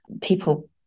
people